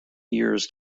years